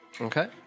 Okay